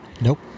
Nope